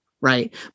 right